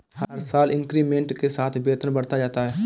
हर साल इंक्रीमेंट के साथ वेतन बढ़ता जाता है